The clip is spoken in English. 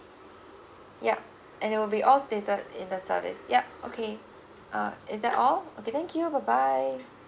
yup and they will be all stated in the service yup okay uh is that all okay thank you bye bye